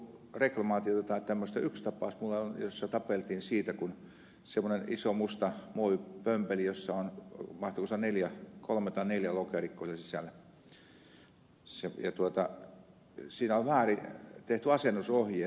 yksi tapaus minulla on jossa tapeltiin siitä kun on semmoinen iso musta muovipömpeli jossa on mahtoiko siellä olla kolme tai neljä lokerikkoa sisällä ja siinä on väärin tehty asennusohjeet